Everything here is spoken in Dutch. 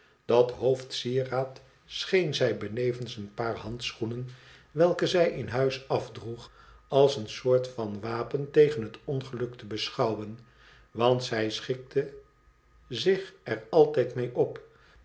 dat hoofdsieraad scheen zij benevens een paar handschoenen welke zij in huis afdroeg als een soort van wapen tegen het ongeluk te beschouwen want zij schikte zich er altijd mee op